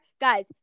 Guys